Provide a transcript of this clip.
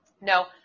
no